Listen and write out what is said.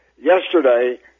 Yesterday